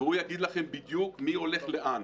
הוא יגיד לכם בדיוק מי הולך לאן,